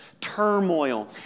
turmoil